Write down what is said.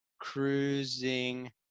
Cruising